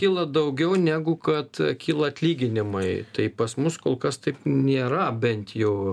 kyla daugiau negu kad kyla atlyginimai tai pas mus kol kas taip nėra bent jau